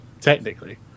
technically